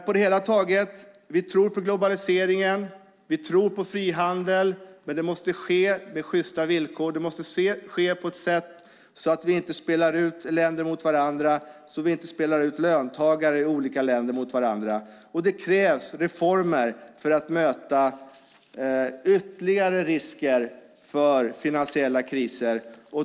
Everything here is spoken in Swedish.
På det hela taget tror vi på globaliseringen och frihandeln, men det måste ske med sjysta villkor. Det måste ske på ett sådant sätt att vi inte spelar ut länder mot varandra och så att vi inte spelar ut löntagare i olika länder mot varandra. Det krävs reformer för att möta ytterligare risker för finansiella kriser.